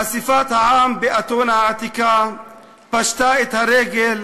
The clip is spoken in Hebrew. אספת העם באתונה העתיקה פשטה את הרגל,